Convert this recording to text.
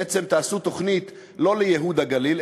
בעצם תעשו תוכנית לא לייהוד הגליל,